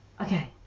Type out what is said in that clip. okay